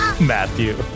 Matthew